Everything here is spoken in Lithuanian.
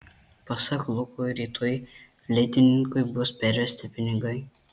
pasak luko rytoj fleitininkui bus pervesti pinigai